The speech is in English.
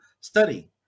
study